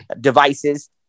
devices